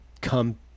come